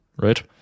right